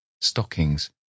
Stockings